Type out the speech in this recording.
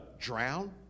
drown